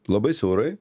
labai siaurai